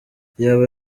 iyaba